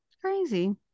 Crazy